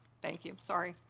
thank you. sorry,